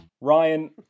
Ryan